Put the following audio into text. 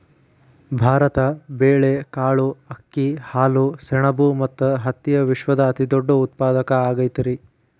ಭಾರತ ಬೇಳೆ, ಕಾಳುಗಳು, ಅಕ್ಕಿ, ಹಾಲು, ಸೆಣಬ ಮತ್ತ ಹತ್ತಿಯ ವಿಶ್ವದ ಅತಿದೊಡ್ಡ ಉತ್ಪಾದಕ ಆಗೈತರಿ